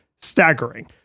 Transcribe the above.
staggering